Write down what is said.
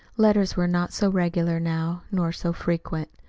letters were not so regular now, nor so frequent.